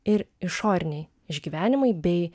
ir išoriniai išgyvenimai bei